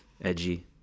edgy